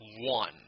one